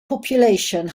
population